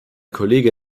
kollege